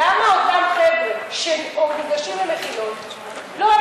למה אותם חבר'ה שניגשים למכינות לא,